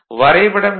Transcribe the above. வரைபடம் எண்